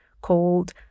called